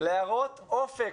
להראות אופק,